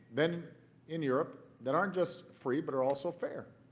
then in europe that aren't just free but are also fair.